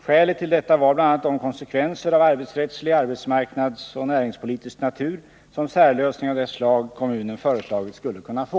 Skälet till detta var bl.a. de konsekvenser av arbetsrättslig, arbetsmarknadsoch näringspolitisk natur som särlösningar av det slag kommunen föreslagit skulle kunna få.